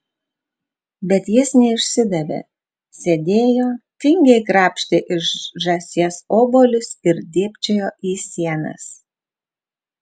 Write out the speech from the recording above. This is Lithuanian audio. bet jis neišsidavė sėdėjo tingiai krapštė iš žąsies obuolius ir dėbčiojo į sienas